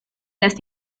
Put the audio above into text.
las